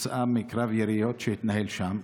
כתוצאה מקרב יריות שהתנהל שם.